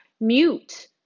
Mute